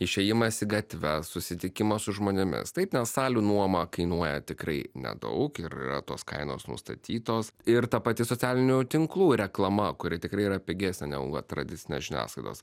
išėjimas į gatves susitikimas su žmonėmis taip nes salių nuoma kainuoja tikrai nedaug ir yra tos kainos nustatytos ir ta pati socialinių tinklų reklama kuri tikrai yra pigesnė negu kad tradicinės žiniasklaidos